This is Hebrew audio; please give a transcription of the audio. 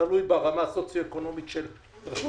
תלוי ברמה הסוציו-אקונומית של הרשות.